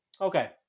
Okay